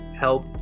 help